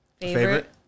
Favorite